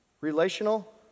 relational